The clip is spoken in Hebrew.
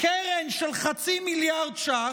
קרן של חצי מיליארד ש"ח,